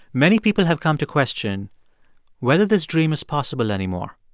many people have come to question whether this dream is possible anymore.